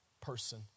person